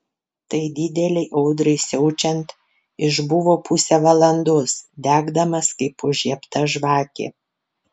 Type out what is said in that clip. tai didelei audrai siaučiant išbuvo pusę valandos degdamas kaip užžiebta žvakė